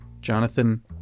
Jonathan